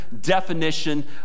definition